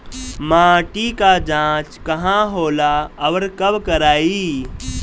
माटी क जांच कहाँ होला अउर कब कराई?